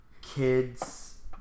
kids